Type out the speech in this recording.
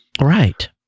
Right